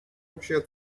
общая